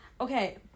okay